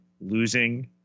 losing